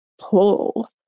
pull